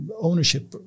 ownership